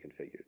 configured